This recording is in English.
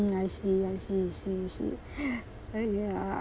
mm I see I see see see uh yeah